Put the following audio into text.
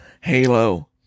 Halo